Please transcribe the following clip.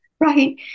Right